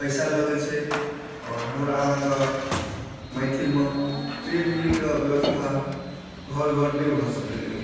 पइसा लगै छै आओर हमरा अहाँके मैथिलमे ट्रेडमिलके बेबस्था घर घर नहि भऽ सकैए